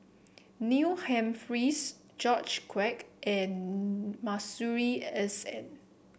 Neil Humphreys George Quek and Masuri S N